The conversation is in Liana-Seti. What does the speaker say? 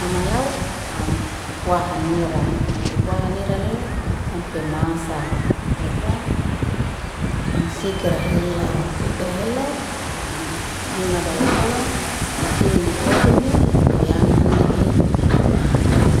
amalaw, am tipuaha nira. Am tipuaha nira lele, sampe maasa. lehuan, am sikirahilaw. Am sikirahilaw, am huna balahuan, am silini obeme, tuyana animi, am a ai.